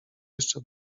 jeszcze